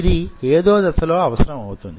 ఇది ఏదో దశలో అవసరం అవుతుంది